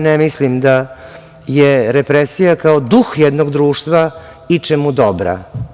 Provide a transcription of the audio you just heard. Ne mislim da je represija kao duh jednog društva ičemu dobra.